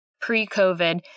Pre-COVID